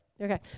okay